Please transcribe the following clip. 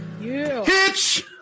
Hitch